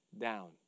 down